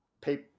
pay